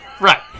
Right